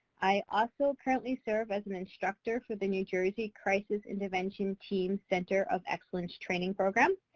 i also currently serve as an instructor for the new jersey crisis intervention team center of excellence training program.